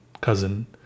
cousin